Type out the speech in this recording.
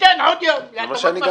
ניתן עוד יום להטבות מס בפריפריה.